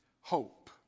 hope